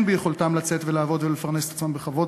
ביכולתם לצאת לעבוד ולפרנס את עצמם בכבוד,